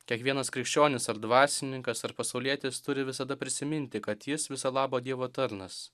kiekvienas krikščionis ar dvasininkas ar pasaulietis turi visada prisiminti kad jis viso labo dievo tarnas